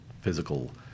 physical